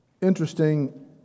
Interesting